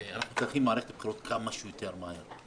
אנחנו צריכים מערכת בחירות כמה שיותר מהר.